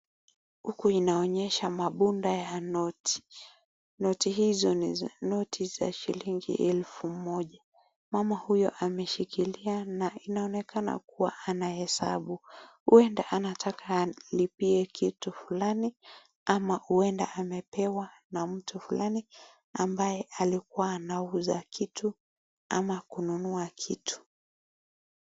Huku inaonyesha mabunda ya noti. Noti hizo ni za noti za shilingi elfu moja. Mama huyo ameshikilia na inaonekana kuwa anahesabu. Huenda anataka alipie kitu fulani ama huenda amepewa na mtu fulani ambaye alikuwa anauza kitu ama kununua kitu.